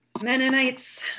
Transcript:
Mennonites